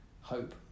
hope